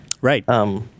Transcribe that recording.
Right